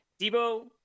Debo